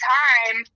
time